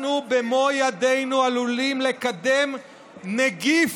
אנחנו במו ידינו עלולים לקדם נגיף: